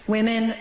Women